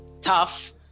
tough